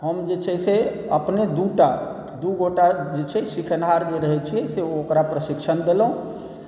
हम जे चाही से अपने दुटा दू गोटा जे छै सीखनाहर जे रहै छै से ओकरा प्रशिक्षण देलहुँ